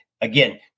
again